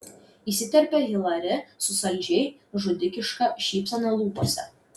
įsiterpia hilari su saldžiai žudikiška šypsena lūpose